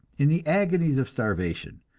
in the agonies of starvation,